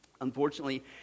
Unfortunately